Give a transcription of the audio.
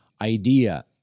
idea